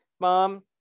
Mom